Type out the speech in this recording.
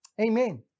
Amen